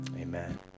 Amen